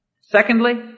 Secondly